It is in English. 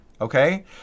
okay